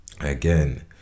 again